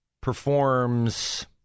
performs